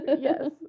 yes